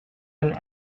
one